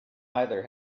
either